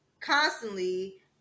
constantly